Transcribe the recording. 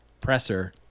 presser